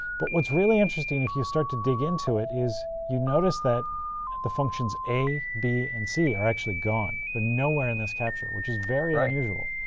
but what's really interesting, if you start to dig into it, is you notice that the functions a, b, and c are actually gone. they're nowhere in this capture, which is very unusual.